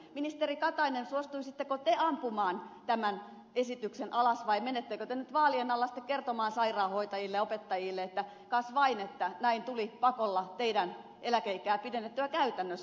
ministeri katainen suostuisitteko te ampumaan tämän esityksen alas vai menettekö te nyt vaalien alla kertomaan sairaanhoitajille ja opettajille että kas vain että näin tuli pakolla teidän eläkeikäänne pidennettyä käytännössä